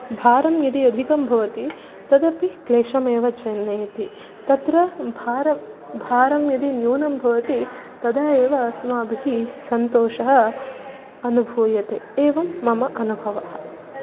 भारं यदि अधिकं भवति तदपि क्लेशमेव जनयति तत्र भार भारं यदि न्यूनं भवति तदा एव अस्माभिः सन्तोषः अनुभूयते एवं मम अनुभवः